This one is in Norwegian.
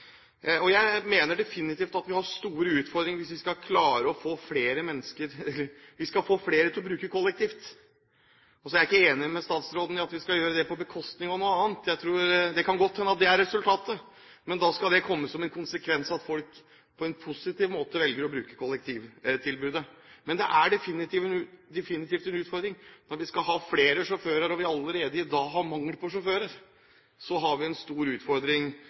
vi definitivt har store utfordringer hvis vi skal klare å få flere til å reise kollektivt. Jeg er ikke enig med statsråden i at vi skal gjøre det på bekostning av noe annet. Det kan godt hende at det blir resultatet, men da skal det komme som en konsekvens av at folk på en positiv måte velger å bruke kollektivtilbudet. Men det er definitivt en utfordring her. Når vi skal ha flere sjåfører og vi allerede i dag har mangel på sjåfører, har vi en stor utfordring